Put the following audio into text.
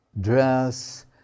dress